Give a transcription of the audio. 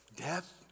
death